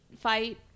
fight